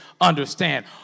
understand